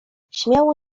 śmiało